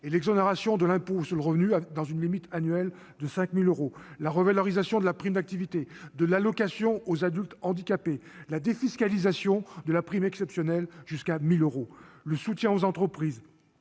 et l'exonération de l'impôt sur le revenu dans une limite annuelle de 5 000 euros, la revalorisation de la prime d'activité et de l'allocation aux adultes handicapés, la défiscalisation de la prime exceptionnelle jusqu'à 1 000 euros. N'oublions pas non plus